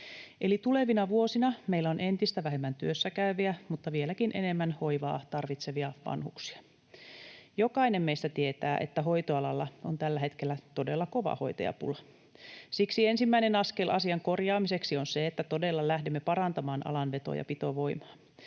Eli tulevina vuosina meillä on entistä vähemmän työssäkäyviä mutta vieläkin enemmän hoivaa tarvitsevia vanhuksia. Jokainen meistä tietää, että hoitoalalla on tällä hetkellä todella kova hoitajapula. Siksi ensimmäinen askel asian korjaamiseksi on se, että todella lähdemme parantamaan alan veto‑ ja pitovoimaa.